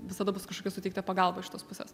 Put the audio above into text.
visada bus kažkokia suteikta pagalba iš tos pusės